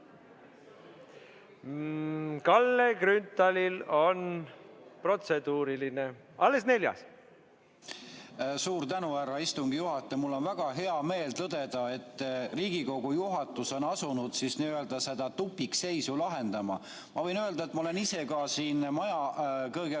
Kalle Grünthalil on protseduuriline, alles neljas. Suur tänu, härra istungi juhataja! Mul on väga hea meel tõdeda, et Riigikogu juhatus on asunud seda tupikseisu lahendama. Ma võin öelda, et ma olen ise ka siin maja